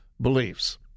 beliefs